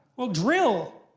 well, drill!